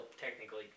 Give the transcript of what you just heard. technically